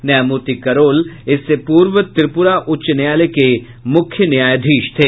न्यायमूर्ति करोल इससे पूर्व त्रिपुरा उच्च न्यायालय के मुख्य न्यायाधीश थे